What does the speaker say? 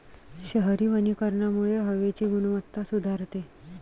शहरी वनीकरणामुळे हवेची गुणवत्ता सुधारते